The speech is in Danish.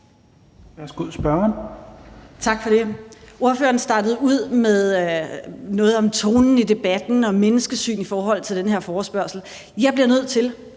Vermund (NB): Tak for det. Ordføreren startede ud med noget om tonen i debatten og om menneskesyn i forhold til den her forespørgsel. Jeg bliver nødt til